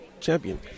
champion